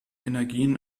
energien